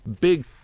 big